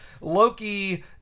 Loki